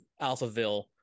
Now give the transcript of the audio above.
Alphaville